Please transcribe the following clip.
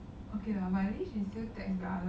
okay lah my background